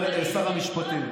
שר המשפטים,